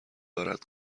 دارد